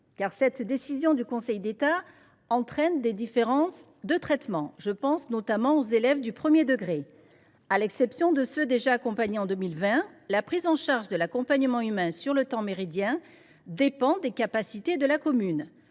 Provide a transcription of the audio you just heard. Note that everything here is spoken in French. Car la jurisprudence du Conseil d’État entraîne des différences de traitement. Je pense notamment aux élèves du premier degré, pour lesquels, à l’exception de ceux qui étaient déjà accompagnés en 2020, la prise en charge de l’accompagnement humain sur le temps méridien dépend des capacités de la commune.